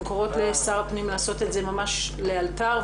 אנחנו קוראות לשר הפנים לעשות את זה ממש לאלתר.